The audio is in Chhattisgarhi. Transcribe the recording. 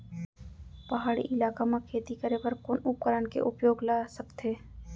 पहाड़ी इलाका म खेती करें बर कोन उपकरण के उपयोग ल सकथे?